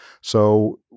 So-